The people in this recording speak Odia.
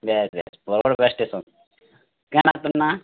ବେସ୍ ବେସ୍ ବରଗଡ଼ ବସ୍ ଷ୍ଟେସନ୍ କାଣା ତୋର୍ ନାଁ